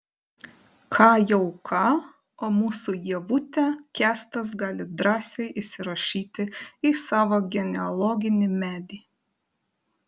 ką jau ką o mūsų ievutę kęstas gali drąsiai įsirašyti į savo genealoginį medį